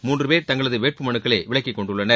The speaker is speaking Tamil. மூன்று பேர் தங்களது வேட்புமனுக்களை விலக்கிக் கொண்டுள்ளனர்